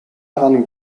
ran